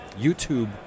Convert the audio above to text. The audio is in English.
YouTube